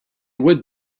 would